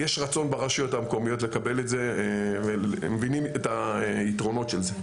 יש רצון ברשויות המקומיות לקבל את זה והם מבינים את היתרונות של זה.